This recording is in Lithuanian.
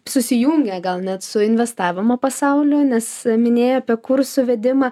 susijungia gal net su investavimo pasauliu nes minėjai apie kursų vedimą